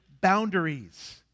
boundaries